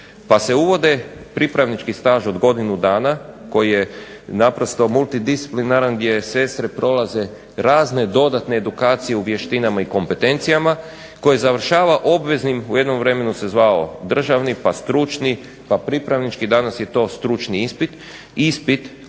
pa se uvode pripravnički staž od godinu dana koji je naprosto multidisciplinaran gdje sestre prolaze razne dodatne edukacije u vještinama i kompetencijama koje završava obveznim u jednom vremenu se zvao državni, pa stručni, pa pripravnički. Danas je to stručni ispit, ispit za one